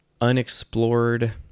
unexplored